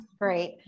great